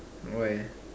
why ah